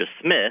Smith